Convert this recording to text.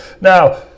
Now